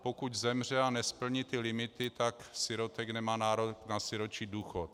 Pokud zemře a nesplní ty limity, tak sirotek nemá nárok na sirotčí důchod.